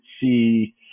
see